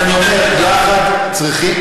אז אני אומר: יחד,